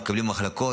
מתקבלים למחלקות.